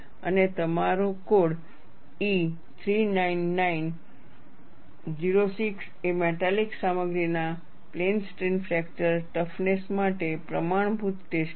અને તમારો code E 399 06 એ મેટાલિક સામગ્રીના પ્લેન સ્ટ્રેન ફ્રેક્ચર ટફનેસ માટે પ્રમાણભૂત ટેસ્ટ પદ્ધતિ છે